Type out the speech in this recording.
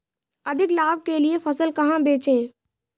अधिक लाभ के लिए फसल कहाँ बेचें?